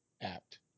apt